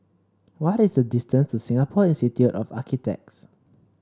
what is the distance to Singapore Institute of Architects